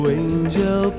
angel